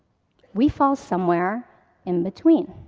we fall somewhere in between.